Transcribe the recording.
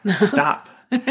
stop